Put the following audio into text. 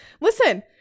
listen